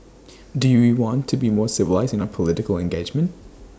do we want to be more civilised in our political engagement